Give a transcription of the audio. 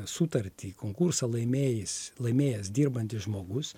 sutartį konkursą laimėjęs laimėjęs dirbantis žmogus